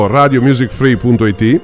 radiomusicfree.it